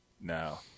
No